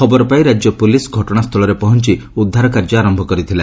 ଖବର ପାଇ ରାଜ୍ୟ ପୁଲିସ୍ ଘଟଣା ସ୍ଥଳରେ ପହଞ୍ଚି ଉଦ୍ଧାର କାର୍ଯ୍ୟ ଆରମ୍ଭ କରିଥିଲା